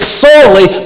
solely